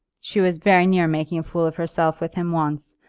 she was very near making a fool of herself with him once,